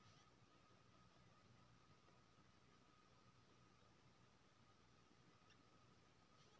पर्व त्योहार ल कर्ज के अलग कोनो स्कीम आबै इ की आ इ लोन ल गारंटी सेहो दिए परतै?